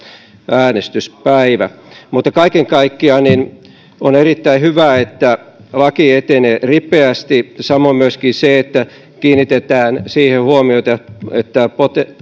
äänestyspäivä mutta kaiken kaikkiaan on erittäin hyvä että laki etenee ripeästi samoin myöskin se että kiinnitetään siihen huomiota että